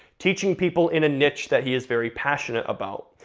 teaching people in a niche that he is very passionate about.